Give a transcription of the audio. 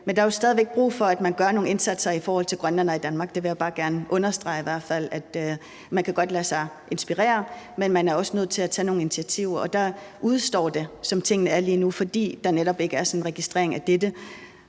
Men der er stadig væk brug for, at man gør nogle indsatser i forhold til grønlændere i Danmark. Det vil jeg bare gerne understrege – altså at man godt kan lade sig inspirere, men at man også er nødt til at tage nogle initiativer. Og det udestår, som tingene er lige nu, fordi der netop ikke er sådan en registrering af det.